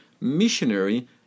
missionary